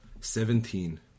seventeen